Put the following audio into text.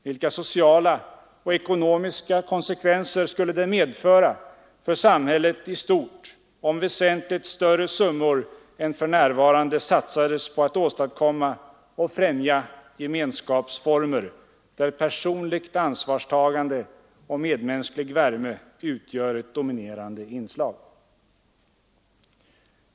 Vilka sociala och ekonomiska konsekvenser skulle det medföra för samhället i stort om väsentligt större summor än för närvarande satsades på att åstadkomma och främja gemenskapsformer där personligt ansvarstagande och medmänsklig värme utgör ett dominerande inslag?